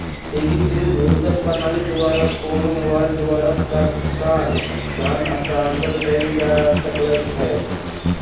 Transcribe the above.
एकीकृत भुगतान प्रणाली द्वारा कोनो मोबाइल द्वारा तत्काल धन स्थानांतरण कएल जा सकैछइ